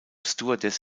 stewardess